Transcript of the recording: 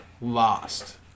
Lost